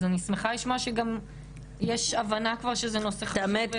אז אני שמחה לשמוע שגם יש הבנה כבר שזה נושא חשוב --- האמת,